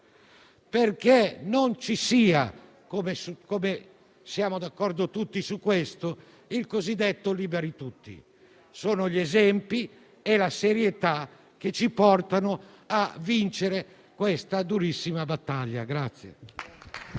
affinché non ci sia - siamo tutti d'accordo su questo - il cosiddetto liberi tutti. Sono gli esempi e la serietà che ci portano a vincere questa durissima battaglia.